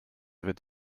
wird